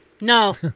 No